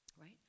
Right